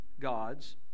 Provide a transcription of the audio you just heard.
gods